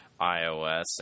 iOS